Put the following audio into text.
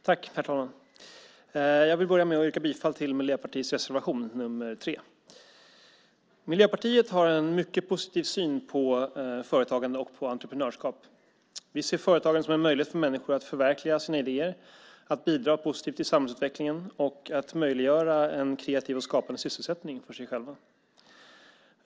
Herr talman! Jag vill börja med att yrka bifall till Miljöpartiets reservation nr 3. Miljöpartiet har en mycket positiv syn på företagande och entreprenörskap. Vi ser företagandet som en möjlighet för människor att förverkliga sina idéer, att bidra positivt till samhällsutvecklingen och att möjliggöra en kreativ och skapande sysselsättning för sig själva.